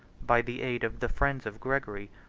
by the aid of the friends of gregory,